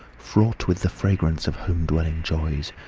fraught with the fragrance of home-dwelling joys,